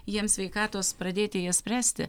jiems sveikatos pradėti jas spręsti